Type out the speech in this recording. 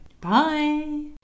bye